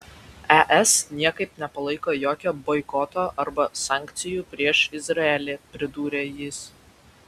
es niekaip nepalaiko jokio boikoto arba sankcijų prieš izraelį pridūrė jis